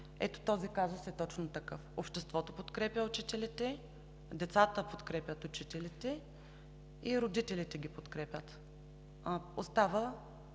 Ето този казус е точно такъв – обществото подкрепя учителите, децата подкрепят учителите и родителите ги подкрепят. Остава,